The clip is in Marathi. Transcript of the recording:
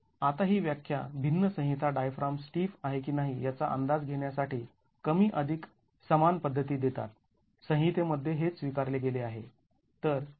आता ही व्याख्या भिन्न संहिता डायफ्राम स्टिफ आहे की नाही याचा अंदाज घेण्यासाठी कमी अधिक समान पद्धती देतात संहितेमध्ये हेच स्वीकारले गेले आहे